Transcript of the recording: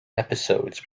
episodes